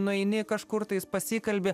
nueini kažkur tais pasikalbi